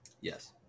Yes